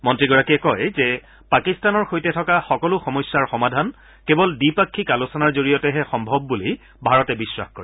মন্ত্ৰীগৰাকীয়ে কয় যে পাকিস্তানৰ সৈতে থকা সকলো সমস্যাৰ সমাধান কেৱল দ্বিপাক্ষিক আলোচনাৰ জৰিয়তেহে সম্ভৱ বুলি ভাৰতে বিখাস কৰে